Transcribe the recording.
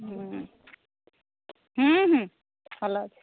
ଭଲ ଅଛି